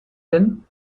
bin